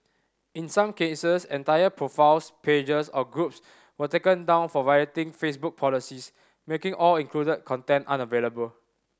in some cases entire profiles pages or groups were taken down for violating Facebook policies making all included content unavailable